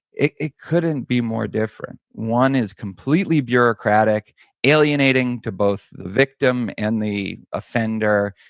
it it couldn't be more different. one is completely bureaucratic alienating to both victim and the offender,